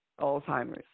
Alzheimer's